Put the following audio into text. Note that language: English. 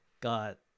got